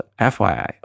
FYI